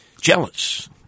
jealous